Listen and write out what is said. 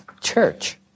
church